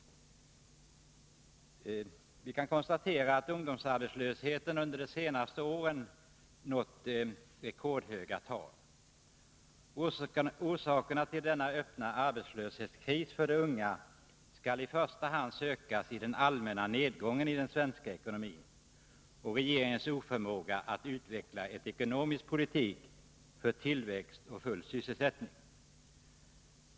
Vi kan konstatera att ungdomsarbetslösheten under de senaste åren har nått rekordhöga siffror. Orsakerna till denna öppna arbetslöshetskris för de unga skall i första hand sökas i den allmänna nedgången i den svenska ekonomin och i regeringens oförmåga att föra en ekonomisk politik som medför tillväxt och full sysselsättning.